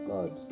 God